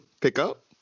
pickup